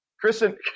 Kristen